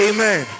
Amen